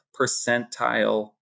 percentile